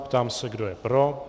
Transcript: Ptám se, kdo je pro.